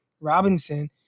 Robinson